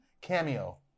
Cameo